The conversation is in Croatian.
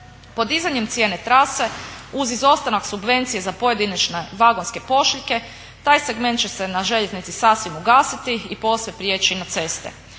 Podizanjem cijene trase uz izostanak subvencije za pojedinačne vagonske pošiljke taj segment će se na željeznici sasvim ugasiti i posve priječi na ceste.